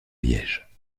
liège